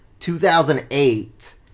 2008